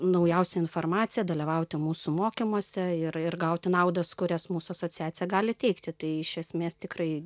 naujausią informaciją dalyvauti mūsų mokymuose ir ir gauti naudas kurias mūsų asociacija gali teikti tai iš esmės tikrai